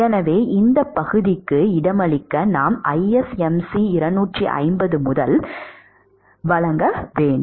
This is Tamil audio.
எனவே இந்தப் பகுதிக்கு இடமளிக்க நாம் ISMC 250 முதல் ISMC 250 வரை வழங்க வேண்டும்